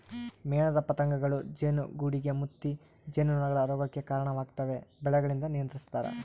ಮೇಣದ ಪತಂಗಗಳೂ ಜೇನುಗೂಡುಗೆ ಮುತ್ತಿ ಜೇನುನೊಣಗಳ ರೋಗಕ್ಕೆ ಕರಣವಾಗ್ತವೆ ಬೆಳೆಗಳಿಂದ ನಿಯಂತ್ರಿಸ್ತರ